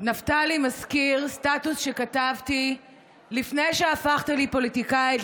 סטטוס שכתבתי לפני שהפכתי לפוליטיקאית,